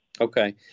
Okay